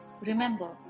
Remember